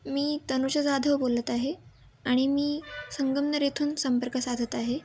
मी तनुषा जाधव बोलत आहे आणि मी संगमनर येथून संपर्क साधत आहे